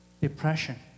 Depression